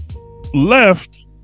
left